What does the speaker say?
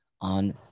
on